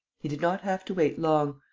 he did not have to wait long.